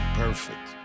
perfect